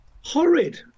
Horrid